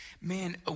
man